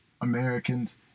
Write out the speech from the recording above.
Americans